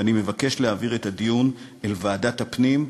ואני מבקש להעביר את הדיון לוועדת הפנים,